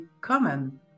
common